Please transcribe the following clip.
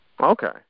okay